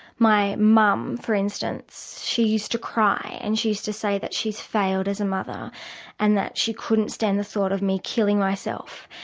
my mum, for instance, she used to cry and she used to say that she's failed as a mother and that she couldn't stand the thought of me killing myself.